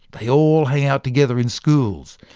they all hang out together in schools.